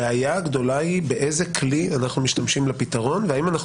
הבעיה הגדולה היא באיזה כלי אנחנו משתמשים לפתרון והאם אנחנו